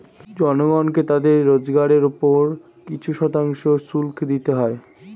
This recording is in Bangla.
জনগণকে তাদের রোজগারের উপর কিছু শতাংশ শুল্ক দিতে হয়